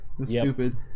Stupid